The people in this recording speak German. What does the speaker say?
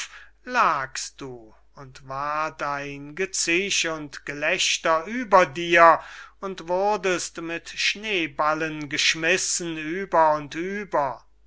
lagst du und ward ein gezisch und gelächter über dir und wurdest mit schneeballen geschmissen über und über